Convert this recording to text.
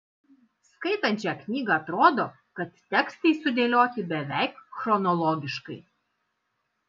skaitant šią knygą atrodo kad tekstai sudėlioti beveik chronologiškai